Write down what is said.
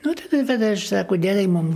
nu tai tai tada aš sako gerai mum